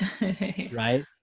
Right